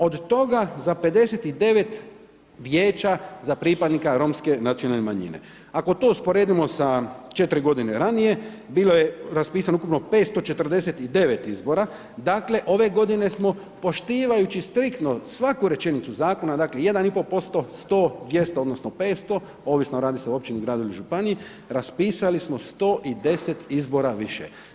Od toga za 59 vijeća za pripadnike romske nacionalne manjine, ako to usporedimo sa 4 godine ranije bilo je raspisano ukupno 549 izbora, dakle ove godine smo poštivajući striktno svaku rečenicu zakona dakle 1,5% 100, 200 odnosno 500 ovisno radi se o općini, gradu ili županiji, raspisali smo 110 izbora više.